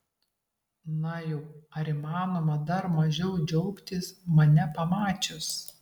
na jau ar įmanoma dar mažiau džiaugtis mane pamačius